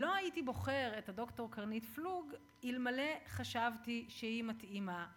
ולא הייתי בוחר את הד"ר קרנית פלוג אלמלא חשבתי שהיא מתאימה לתפקיד.